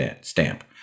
stamp